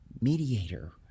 mediator